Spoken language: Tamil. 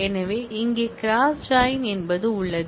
எனவே இங்கே கிராஸ் ஜாயின் என்பது உள்ளது